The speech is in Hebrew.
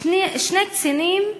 שני קצינים,